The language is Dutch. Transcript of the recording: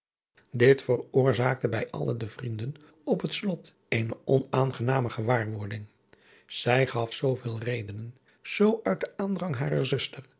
dit veroorzaakte bij alle de vrienden op het slot eene onaangename gewaarwording zij gaf zooveel redenen zoo uit den aandrang harer zuster